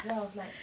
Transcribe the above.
then I was like